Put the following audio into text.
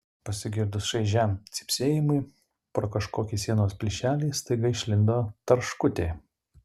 pasigirdus šaižiam cypsėjimui pro kažkokį sienos plyšelį staiga išlindo tarškutė